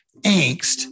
angst